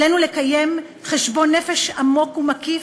עלינו לקיים חשבון נפש עמוק ומקיף,